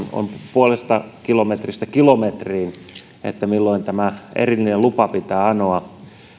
puolesta kilometristä kilometriin niin milloin tämä erillinen lupa pitää anoa näitä